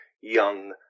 young